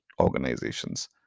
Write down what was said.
organizations